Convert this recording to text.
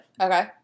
Okay